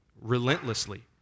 relentlessly